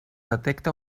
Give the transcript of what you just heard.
detecta